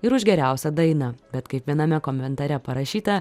ir už geriausią dainą bet kaip viename komentare parašyta